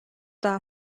daha